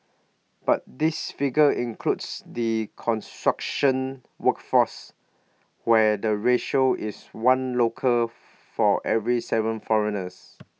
but this figure includes the construction workforce where the ratio is one local for every Seven foreigners